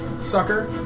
sucker